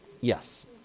Yes